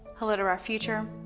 hello to our future.